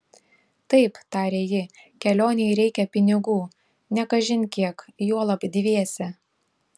taip tarė ji kelionei reikia pinigų ne kažin kiek juolab dviese